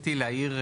רציתי להעיר,